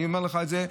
אני אומר לך את זה,